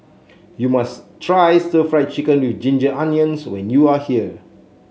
you must try Stir Fried Chicken with Ginger Onions when you are here